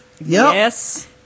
Yes